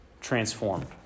transformed